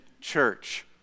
Church